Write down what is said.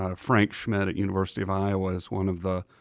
ah frank schmidt at university of iowa is one of the